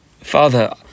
Father